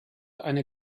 eine